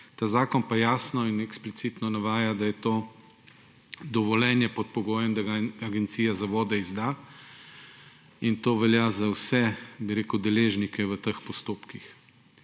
Ta zakon pa jasno in eksplicitno navaja, da je to dovoljenje pod pogojem, da ga Agencija za vode izda, in to velja za vse deležnike v teh postopkih.